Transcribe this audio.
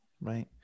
right